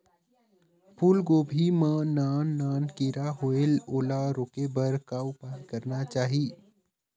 फूलगोभी मां नान नान किरा होयेल ओला रोके बर का उपाय करना चाही?